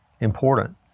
important